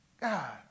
God